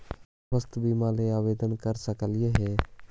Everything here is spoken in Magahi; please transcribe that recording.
स्वास्थ्य बीमा ला आवेदन कर सकली हे?